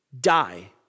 die